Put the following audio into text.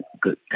good